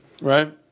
right